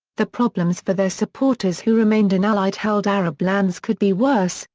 the problems for their supporters who remained in allied-held arab lands could be worse,